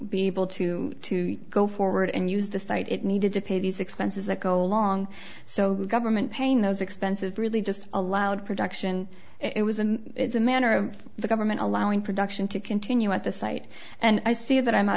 be able to go forward and use the site it needed to pay these expenses that go along so the government paying those expensive really just allowed production it was a it's a manner of the government allowing production to continue at the site and i see that i'm out